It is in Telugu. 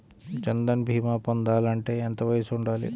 జన్ధన్ భీమా పొందాలి అంటే ఎంత వయసు ఉండాలి?